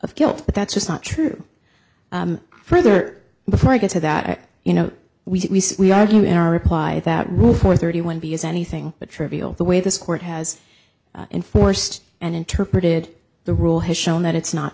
of guilt but that's just not true for there before i get to that and you know we we argue in our reply that well for thirty one b is anything but trivial the way this court has enforced and interpreted the rule has shown that it's not